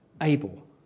able